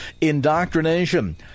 Indoctrination